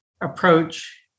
approach